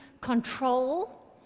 control